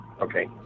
Okay